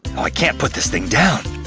i can't put this thing down!